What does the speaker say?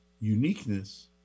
uniqueness